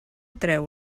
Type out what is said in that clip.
treu